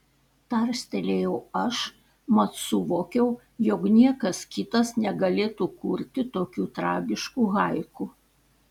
tarstelėjau aš mat suvokiau jog niekas kitas negalėtų kurti tokių tragiškų haiku